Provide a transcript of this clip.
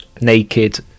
naked